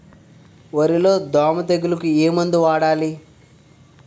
వరిలో దోమ తెగులుకు ఏమందు వాడాలి?